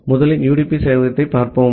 ஆகவே முதலில் யுடிபி சேவையகத்தைப் பார்ப்போம்